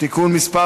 (תיקון מס'